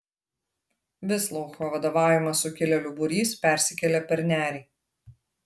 visloucho vadovaujamas sukilėlių būrys persikėlė per nerį